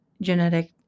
genetic